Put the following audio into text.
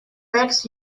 makes